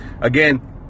Again